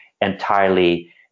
entirely